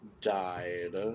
died